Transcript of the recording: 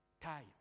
time